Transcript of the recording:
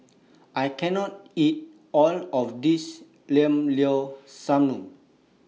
I can't eat All of This Llao Llao Sanum